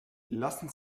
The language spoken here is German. lassen